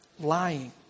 lying